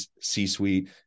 C-suite